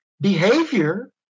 behavior